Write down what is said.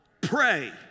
Pray